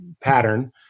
pattern